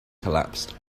collapsed